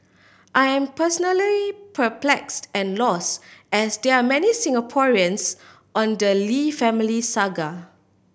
I am personally perplexed and lost as they are many Singaporeans on the Lee family saga